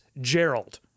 gerald